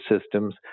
systems